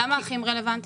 למה אחים רלוונטיים?